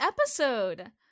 episode